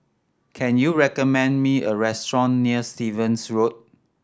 can you recommend me a restaurant near Stevens Road